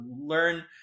learn